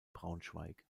braunschweig